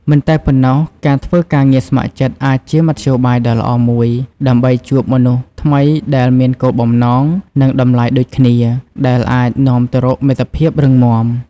មិនតែប៉ុណ្ណោះ ការធ្វើការងារស្ម័គ្រចិត្តអាចជាមធ្យោបាយដ៏ល្អមួយដើម្បីជួបមនុស្សថ្មីដែលមានគោលបំណង និងតម្លៃដូចគ្នា ដែលអាចនាំទៅរកមិត្តភាពរឹងមាំ។